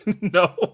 No